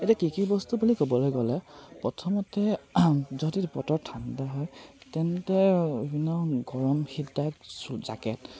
এতিয়া কি কি বস্তু বুলি ক'বলৈ গ'লে প্ৰথমতে যদি বতৰ ঠাণ্ডা হয় তেন্তে বিভিন্ন গৰম হিট টাইপ জাকেট